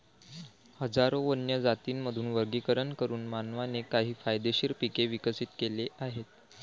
हजारो वन्य जातींमधून वर्गीकरण करून मानवाने काही फायदेशीर पिके विकसित केली आहेत